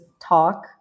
talk